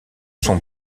son